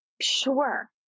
sure